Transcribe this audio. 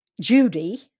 Judy